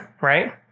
Right